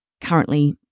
currently